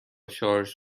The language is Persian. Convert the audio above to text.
شارژ